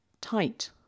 tight